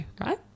right